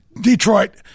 Detroit